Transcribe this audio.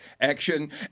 Action